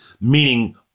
meaning